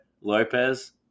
Lopez